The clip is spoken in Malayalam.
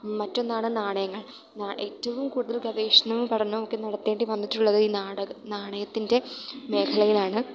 മറ്റൊന്നാണ് നാണയങ്ങൾ ഏറ്റവും കൂടുതൽ ഗവേഷണവും പഠനവുമൊക്കെ നടത്തേണ്ടി വന്നിട്ടുള്ളത് ഈ നാടക നാണയത്തിൻ്റെ മേഖലയിലാണ്